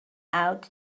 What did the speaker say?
out